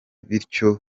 bityo